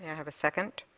have a second?